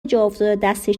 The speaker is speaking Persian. جاافتاده، دستش